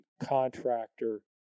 contractor